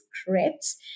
Scripts